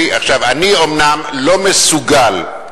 אני אומנם לא מסוגל,